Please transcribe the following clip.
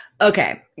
Okay